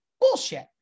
bullshit